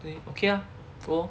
say okay ah go lor